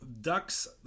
Ducks